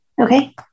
Okay